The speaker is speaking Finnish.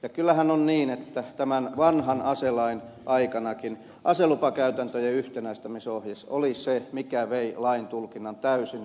ja kyllähän on niin että tämän vanhan aselain aikanakin aselupakäytäntöjen yhtenäistämisohje oli se mikä vei lain tulkinnan täysin vikasuuntaan